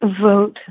vote